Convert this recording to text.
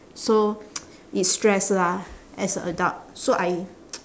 so it's stress lah as a adult so I